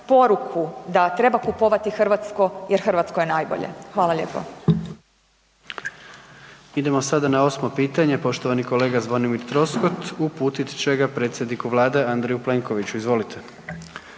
da treba kupovati hrvatsko jer hrvatsko je najbolje. Hvala lijepo.